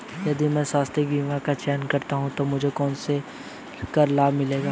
यदि मैं स्वास्थ्य बीमा का चयन करता हूँ तो मुझे कौन से कर लाभ मिलेंगे?